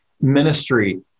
ministry